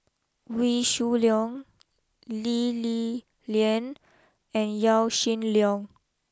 Wee Shoo Leong Lee Li Lian and Yaw Shin Leong